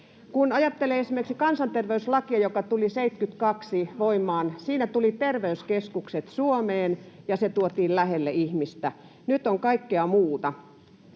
Kun ajattelee esimerkiksi kansanterveyslakia, joka tuli 72 voimaan, siinä tulivat terveyskeskukset Suomeen ja ne tuotiin lähelle ihmistä. Nyt on kaikkea muuta.